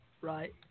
right